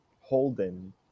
Holden